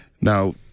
now